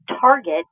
target